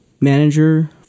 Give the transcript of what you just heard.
manager